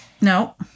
No